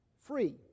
Free